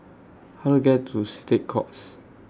How Do I get to State Courts